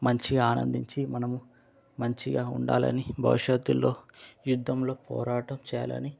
మంచిగా ఆనందించి మనము మంచిగా ఉండాలని భవిష్యత్తులో యుద్ధంలో పోరాటం చేయాలని